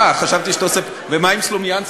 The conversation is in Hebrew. אה, חשבתי שאתה עושה, ומה עם סלומינסקי,